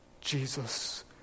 Jesus